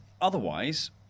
otherwise